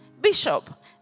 Bishop